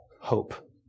hope